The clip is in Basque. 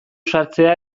sartzea